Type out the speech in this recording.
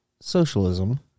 socialism